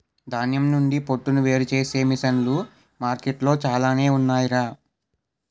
ధాన్యం నుండి పొట్టును వేరుచేసే మిసన్లు మార్కెట్లో చాలానే ఉన్నాయ్ రా